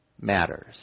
matters